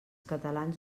catalans